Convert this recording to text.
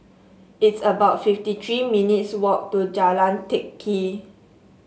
it's about fifty three minutes' walk to Jalan Teck Kee